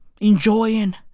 Enjoying